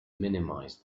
minimize